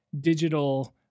digital